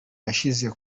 yashyize